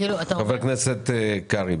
אכן כפי שהגדרת חבר הכנסת גפני,